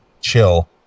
chill